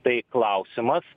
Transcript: tai klausimas